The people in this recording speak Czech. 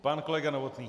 Pan kolega Novotný.